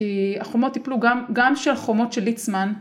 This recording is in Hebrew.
החומות יפלו גם שהחומות של ליצמן